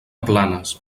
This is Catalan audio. planes